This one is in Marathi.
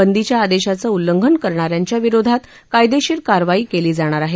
बंदीच्या आदेशाचं उल्लंघन करणाऱ्यांच्य़ा विरोधात कायदेशीर कारवाई केली जाणार आहे